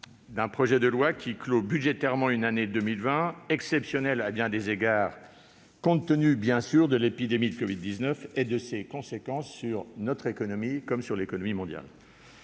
Ce projet de loi clôt budgétairement une année 2020 exceptionnelle à bien des égards, compte tenu bien évidemment de l'épidémie de covid-19 et de ses conséquences sur notre économie et sur l'économie mondiale.